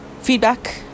feedback